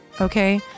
okay